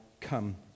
come